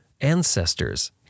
ancestors